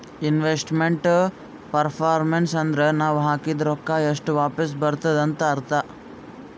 investment performance ಅಂದುರ್ ನಾವ್ ಹಾಕಿದ್ ರೊಕ್ಕಾ ಎಷ್ಟ ವಾಪಿಸ್ ಬರ್ತುದ್ ಅಂತ್ ಅರ್ಥಾ